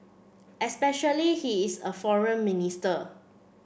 especially he is a foreign minister